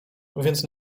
więc